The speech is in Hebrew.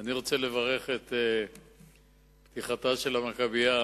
אני רוצה לברך על פתיחתה של ה"מכבייה".